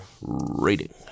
rating